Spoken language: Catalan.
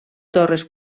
torres